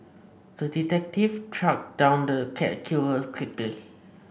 the detective tracked down the cat killer quickly